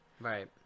right